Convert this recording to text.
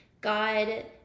God